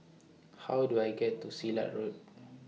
How Do I get to Silat Road